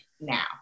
now